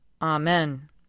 Amen